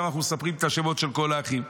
ועכשיו אנחנו מספרים את השמות של כל האחים,